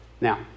Now